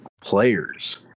players